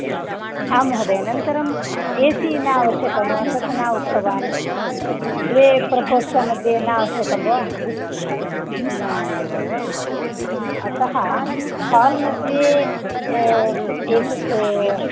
आं महोदय अनन्तरम् ए सि न अवश्यकं वा तत् न उक्तवान् द्वे प्रकोष्टमध्ये न अवश्यकं वा न एव वा अतः हाल् मध्ये एतत्